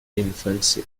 infancy